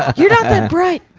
you're not that bright.